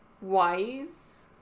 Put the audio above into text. Wise